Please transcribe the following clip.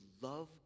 love